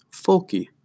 Folky